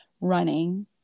running